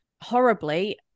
horribly